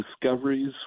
discoveries